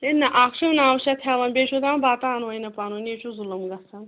ہے نہَ اَکھ چھُ نَو شَتھ ہٮ۪وان بیٚیہِ چھُ دَپان بَتہٕ اَنوٕے نہٕ پَنُن یہِ چھُو ظُلُم گژھان